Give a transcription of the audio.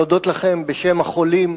להודות לכם בשם החולים,